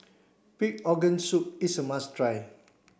pig organ soup is a must try